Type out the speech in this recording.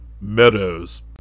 Meadows